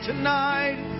Tonight